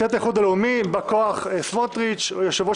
סיעת האיחוד הלאומי: בא כוח סמוטריץ'; יושב-ראש